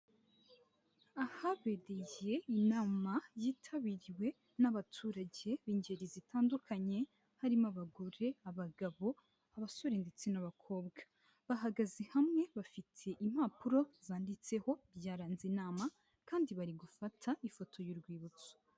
Ahabereye inama yitabiriwe n'abaturage b'ingeri zitandukanye, harimo abagore, abagabo, abasore, ndetse n'abakobwa. Bahagaze hamwe, bafite impapuro zanditseho ibyaranze inama, kandi bari gufata ifoto y'urwibutso.